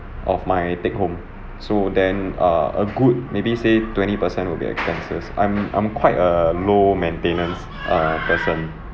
of my take-home so then err a good maybe say twenty per cent would be expenses I'm I'm quite a low maintenance err person